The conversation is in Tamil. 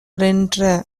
றென்ற